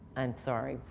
i'm sorry.